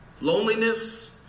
loneliness